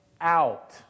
out